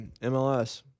mls